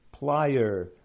plier